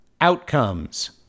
Outcomes